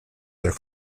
their